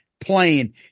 playing